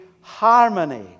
harmony